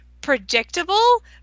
predictable